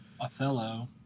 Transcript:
Othello